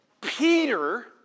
Peter